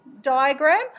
diagram